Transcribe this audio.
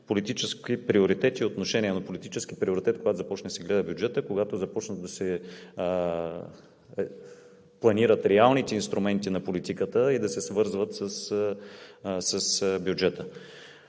политически приоритети и отношение на политически приоритет – когато започне да се гледа бюджетът, когато започне да се планират реалните инструменти на политиката и да се свързват с бюджета.